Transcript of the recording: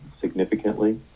significantly